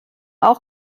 auch